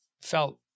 felt